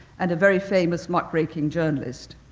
and a very famous smart breaking journalist.